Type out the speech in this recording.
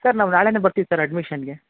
sir ನಾವು ನಾಳೆನೇ ಬರ್ತೀವಿ ಸರ್ ಅಡ್ಮಿಷನ್ಗೆ